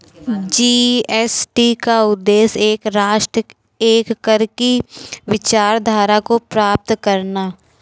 GST का उद्देश्य एक राष्ट्र, एक कर की विचारधारा को प्राप्त करना है